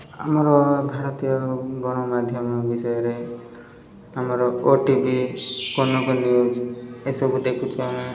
ଆମର ଭାରତୀୟ ଗଣମାଧ୍ୟମ ବିଷୟରେ ଆମର O T V Kanak news ଏସବୁ ଦେଖୁଛୁ ଆମେ